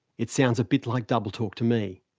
it sounds a bit like doubletalk to me.